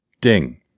Ding